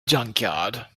junkyard